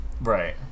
right